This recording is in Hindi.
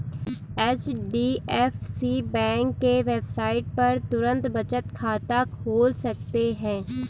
एच.डी.एफ.सी बैंक के वेबसाइट पर तुरंत बचत खाता खोल सकते है